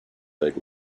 leg